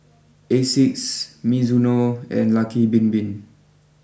Asics Mizuno and Lucky Bin Bin